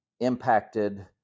impacted